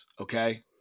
Okay